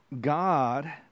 God